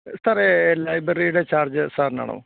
സാറേ ലൈബ്രറിയുടെ ചാർജ്ജ് സാറിനാണോ